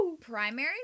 primaries